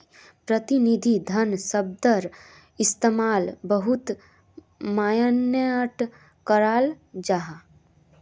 प्रतिनिधि धन शब्दर इस्तेमाल बहुत माय्नेट कराल जाहा